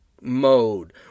mode